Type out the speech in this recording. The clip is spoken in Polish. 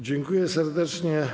Dziękuję serdecznie.